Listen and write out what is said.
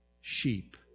sheep